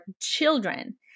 children